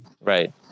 right